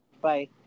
Bye